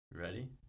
ready